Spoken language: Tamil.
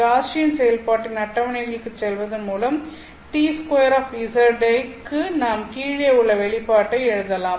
காஸியன் செயல்பாட்டின் அட்டவணைகளுக்குச் செல்வதன் மூலம் T2 க்கு நாம் கீழே உள்ள இந்த வெளிப்பாட்டை எழுதலாம்